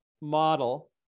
model